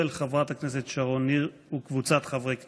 של חברת הכנסת שרון ניר וקבוצת חברי הכנסת.